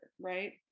right